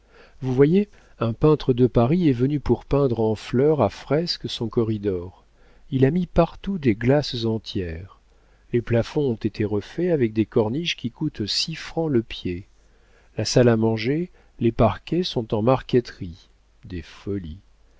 vous voyez un peintre de paris est venu pour peindre en fleurs à fresque son corridor il a mis partout des glaces entières les plafonds ont été refaits avec des corniches qui coûtent six francs le pied la salle à manger les parquets sont en marqueterie des folies